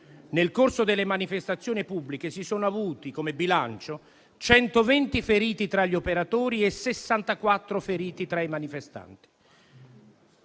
nel corso delle manifestazioni pubbliche, si è avuto un bilancio di 120 feriti tra gli operatori e 64 feriti tra i manifestanti.